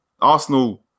Arsenal